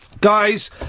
guys